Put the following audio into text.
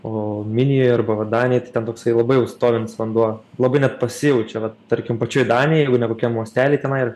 o minijoj arba va danėj tai ten toksai labai jau stovintis vanduo labai net pasijaučia vat tarkim pačioj danėj jeigu ne kokiam uostely tenai ir